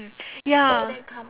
ya